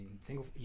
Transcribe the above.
single